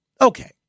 okay